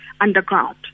underground